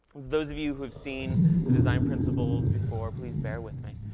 those of you who have seen the design principles before, please bear with me.